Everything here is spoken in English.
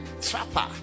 trapper